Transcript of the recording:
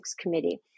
committee